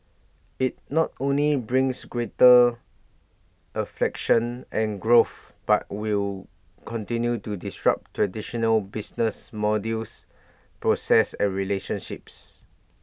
IT not only brings greater efficiency and growth but will continue to disrupt traditional business models processes and relationships